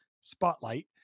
Spotlight